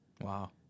Wow